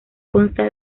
consta